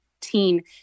teen